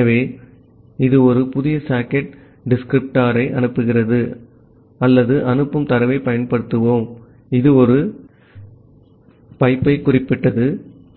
ஆகவே இது ஒரு புதிய சாக்கெட் டிஸ்கிரிப்டரை அனுப்புகிறது அல்லது அனுப்பும் தரவைப் பயன்படுத்துவோம் இது ஒரு குழாய்க்கு குறிப்பிட்டது